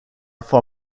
for